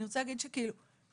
אני רוצה להגיד רק כפתח,